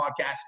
Podcast